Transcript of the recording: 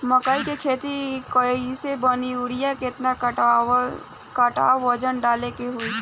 मकई के खेती कैले बनी यूरिया केतना कट्ठावजन डाले के होई?